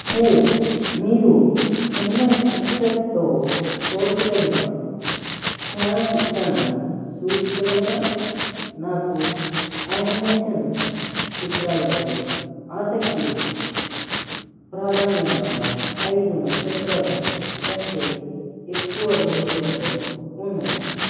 హే మీరు చెన్నై ఎక్స్ప్రెస్తో పోల్చదగిన చలనచిత్రాన్ని సూచించగలరా నాకు యానిమేషన్ చిత్రాలపై ఆసక్తి ఉంది ప్రాధాన్యంగా ఐదు నక్షత్రాలు కంటే ఎక్కువ రేటింగ్లతో ఉన్నవి